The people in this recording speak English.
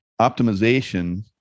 optimization